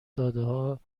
دادهها